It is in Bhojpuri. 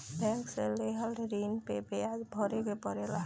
बैंक से लेहल ऋण पे बियाज भरे के पड़ेला